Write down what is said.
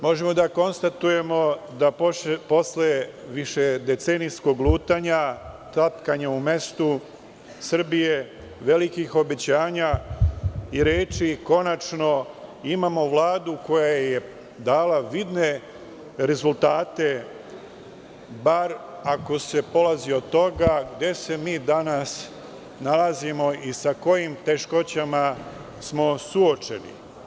Možemo da konstatujemo da posle višedecenijskog lutanja, tapkanja u mestu Srbije, velikih obećanja i reči, konačno imamo Vladu koja je dala vidne rezultate, bar ako se polazi od toga gde se mi danas nalazimo i sa kojim teškoćama smo suočeni.